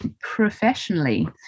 professionally